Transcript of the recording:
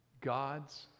God's